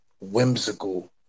whimsical